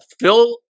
Phil